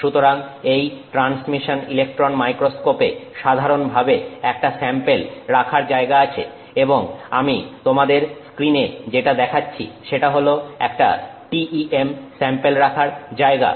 সুতরাং এই transmission electron মাইক্রোস্কোপে সাধারণভাবে একটা স্যাম্পেল রাখার জায়গা থাকে এবং আমি তোমাদের স্ক্রীন এ যেটা দেখাচ্ছি সেটা হলো একটা TEM স্যাম্পেল রাখার জায়গা